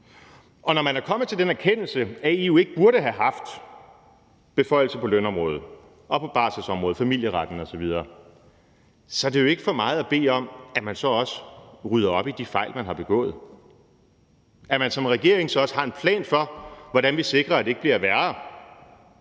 Og når man er kommet til den erkendelse, at EU ikke burde have haft beføjelser på lønområdet og på barselsområdet, f.eks. i forhold til familieretten osv., så er det jo ikke for meget at bede om, at man også rydder op i de fejl, man har begået; at man som regering så også har en plan for, hvordan vi sikrer, at det ikke bliver værre;